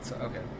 Okay